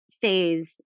phase